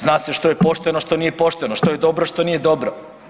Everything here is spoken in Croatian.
Zna se što je pošteno, a što nije pošteno, što je dobro, što nije dobro.